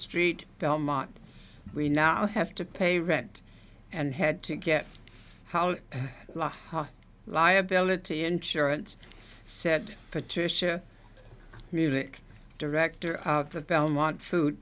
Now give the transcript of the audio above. st belmont we now have to pay rent and had to get out liability insurance said patricia music director at the belmont food